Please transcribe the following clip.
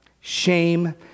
shame